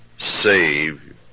save